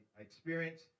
experience